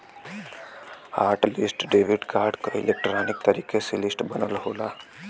hot list debit card क electronic तरीके से लिस्ट बनल होला